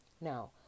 Now